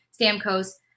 Stamkos